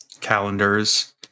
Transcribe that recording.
calendars